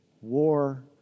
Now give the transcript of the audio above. war